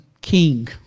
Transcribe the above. king